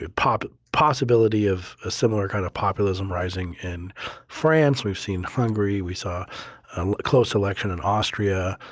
a ah but possibility of a similar kind of populism rising in france. we've seen hungary. we saw um close election in austria.